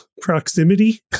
proximity